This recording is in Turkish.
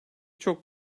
çok